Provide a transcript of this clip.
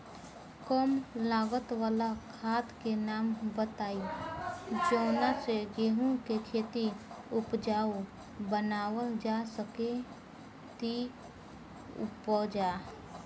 कम लागत वाला खाद के नाम बताई जवना से गेहूं के खेती उपजाऊ बनावल जा सके ती उपजा?